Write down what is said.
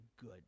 good